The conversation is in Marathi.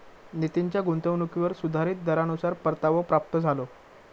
नितीनच्या गुंतवणुकीवर सुधारीत दरानुसार परतावो प्राप्त झालो